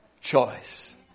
choice